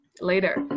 later